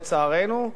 לצערנו.